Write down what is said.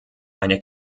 eine